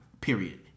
Period